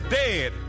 dead